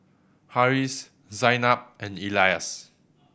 Harris Zaynab and Elyas